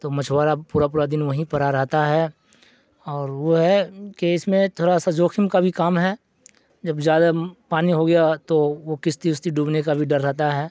تو مچھوارا پورا پورا دن وہیں پڑا رہتا ہے اور وہ ہے کہ اس میں تھوڑا سا جوکھم کا بھی کام ہے جب زیادہ پانی ہو گیا تو وہ کشتی استی ڈوبنے کا بھی ڈر رہتا ہے